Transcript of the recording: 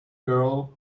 girl